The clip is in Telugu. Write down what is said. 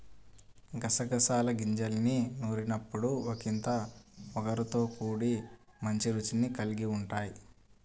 గసగసాల గింజల్ని నూరినప్పుడు ఒకింత ఒగరుతో కూడి మంచి రుచిని కల్గి ఉంటయ్